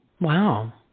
Wow